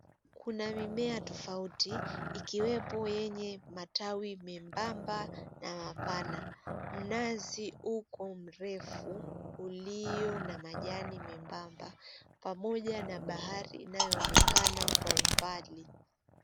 Kuna mimea tofauti ikiwepo yenye matawi miembamba na mapana, mnazi uko mrefu uliyo na majani membamba pamoja na bahari inayoonekana kwa umbali.